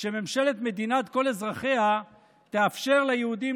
שממשלת מדינת כל אזרחיה תאפשר ליהודים